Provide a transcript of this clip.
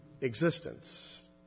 existence